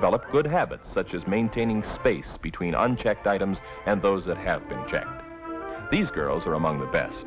develop good habits such as maintaining spaces between unchecked items and those that have been checked these girls are among the best